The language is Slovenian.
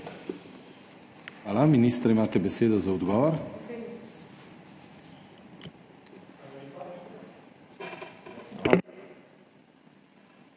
Hvala. Minister, imate besedo za odgovor.